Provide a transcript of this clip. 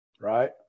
Right